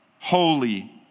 holy